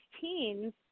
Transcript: teens